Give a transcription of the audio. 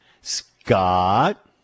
Scott